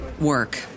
work